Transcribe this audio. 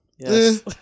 Yes